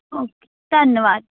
okay ਧੰਨਵਾਦ